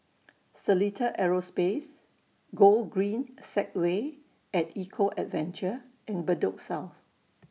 Seletar Aerospace Gogreen Segway At Eco Adventure and Bedok South